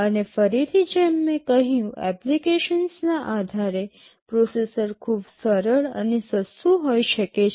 અને ફરીથી જેમ મેં કહ્યું એપ્લિકેશનના આધારે પ્રોસેસર ખૂબ સરળ અને સસ્તું હોઈ શકે છે